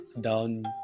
down